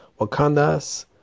wakandas